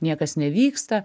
niekas nevyksta